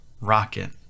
rocket